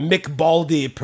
McBaldi